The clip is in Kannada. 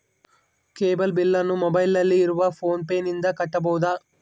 ಕೇಬಲ್ ಬಿಲ್ಲನ್ನು ಮೊಬೈಲಿನಲ್ಲಿ ಇರುವ ಫೋನ್ ಪೇನಿಂದ ಕಟ್ಟಬಹುದಾ?